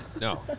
No